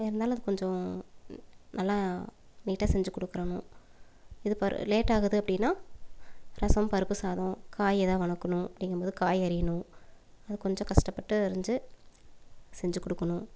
இருந்தாலும் அது கொஞ்சம் நல்லா நீட்டாக செஞ்சுக் கொடுக்கறணும் இது பர் லேட் ஆகுது அப்படின்னா ரசம் பருப்பு சாதம் காய் எதா வதக்கணும் அப்படிங்கும் போது காய் அரியணும் அது கொஞ்சம் கஷ்டப்பட்டு அரிஞ்சு செஞ்சு கொடுக்கணும்